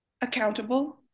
accountable